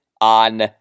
on